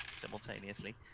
simultaneously